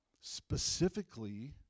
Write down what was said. specifically